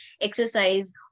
exercise